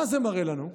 מה זה מראה לנו?